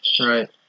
Right